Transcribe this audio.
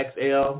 XL